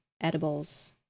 edibles